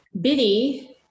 Biddy